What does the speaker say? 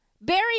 Barry